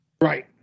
Right